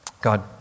God